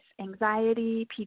anxiety